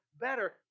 better